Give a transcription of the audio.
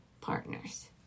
partners